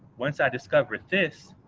once i discovered this,